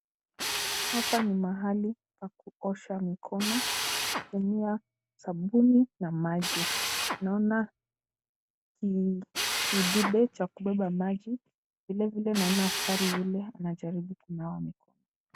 Hapa ni mahali pa kuosha mikono, gunia, sabuni na maji. Naona kidude cha kubeba maji, vilevile naona askari yule anajaribu kunawa mikono.